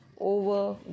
over